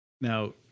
Now